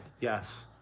Yes